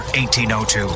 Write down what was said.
1802